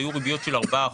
היו ריביות של 4%,